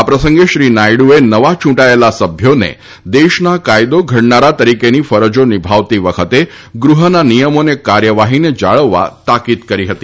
આ પ્રસંગે શ્રી નાયડુએ નવા ચૂંટાયેલા સભ્યોને દેશના કાયદો ઘડનારા તરીકેની ફરજો નિભાવતી વખતે ગૃહના નિયમો અને કાર્યવાહીને જાળવવા તાકીદ કરી છે